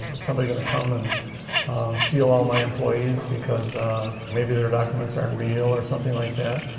somebody gonna come and steal all my employees because maybe their documents aren't real or something like that.